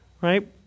right